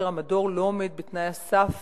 כאשר המדור לא עומד בתנאי הסף,